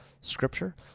Scripture